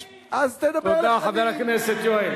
אז, שלך, תודה, חבר הכנסת יואל.